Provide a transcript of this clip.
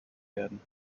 werden